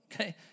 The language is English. Okay